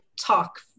talk